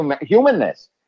humanness